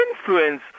influence